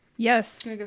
Yes